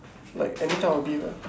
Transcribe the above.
like any type of beef ah